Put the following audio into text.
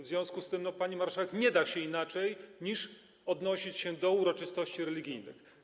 W związku z tym, pani marszałek, nie da się inaczej, tylko odnosząc się do uroczystości religijnych.